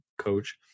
coach